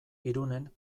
irunen